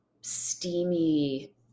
steamy